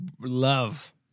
love